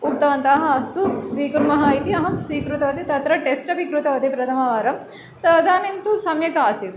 उक्तवन्तः अस्तु स्वीकुर्मः इति अहं स्वीकृतवती तत्र टेस्ट् अपि कृतवती प्रथमवारं तदानीं तु सम्यक् आसीत्